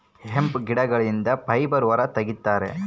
hemp ಗಿಡಗಳಿಂದ fibre ಹೊರ ತಗಿತರೆ